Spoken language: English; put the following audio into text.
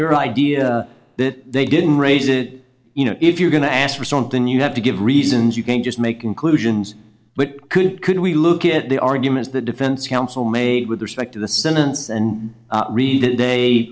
your idea that they didn't raise it you know if you're going to ask for something you have to give reasons you can't just make conclusions but could could we look at the arguments the defense counsel made with respect to the sentence and read